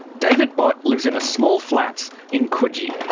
david bott lives in a small flat in coogee.